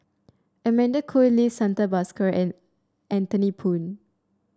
Amanda Koe Lee Santha Bhaskar and Anthony Poon